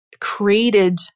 created